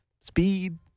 speed